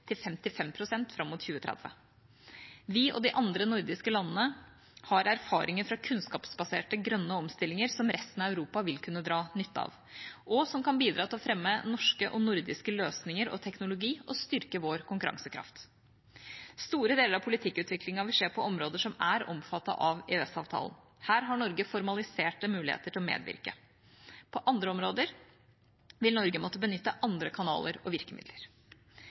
til 55 pst. fram mot 2030. Vi og de andre nordiske landene har erfaringer fra kunnskapsbaserte, grønne omstillinger som resten av Europa vil kunne dra nytte av, og som kan bidra til å fremme norske og nordiske løsninger og teknologi og styrke vår konkurransekraft. Store deler av politikkutviklingen vil skje på områder som er omfattet av EØS-avtalen. Her har Norge formaliserte muligheter til å medvirke. På andre områder vil Norge måtte benytte andre kanaler og virkemidler.